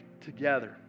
together